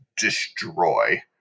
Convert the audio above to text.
destroy